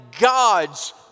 God's